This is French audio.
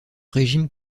régime